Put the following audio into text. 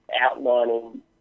outlining